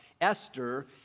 Esther